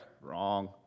Wrong